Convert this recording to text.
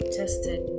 tested